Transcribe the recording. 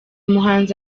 muhanzi